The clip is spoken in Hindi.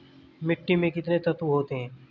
मिट्टी में कितने तत्व होते हैं?